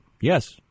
Yes